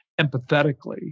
empathetically